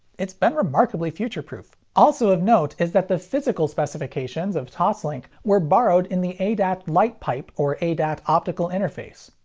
it's been remarkably future-proof. also of note is that the physical specifications of toslink were borrowed in the adat lightpipe or adat optical interface.